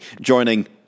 joining